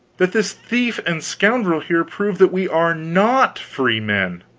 that this thief and scoundrel here prove that we are not freemen.